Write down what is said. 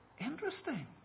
Interesting